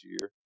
year